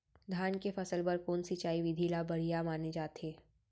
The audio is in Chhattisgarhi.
धान के फसल बर कोन सिंचाई विधि ला बढ़िया माने जाथे?